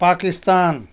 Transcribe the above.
Pakistan